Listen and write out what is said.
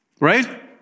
right